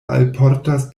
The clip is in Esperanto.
alportas